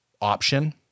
option